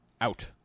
out